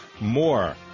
More